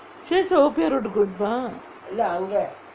church road கிட்டே தான்:kittae thaan